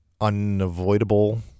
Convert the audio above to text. unavoidable